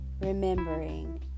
Remembering